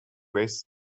raised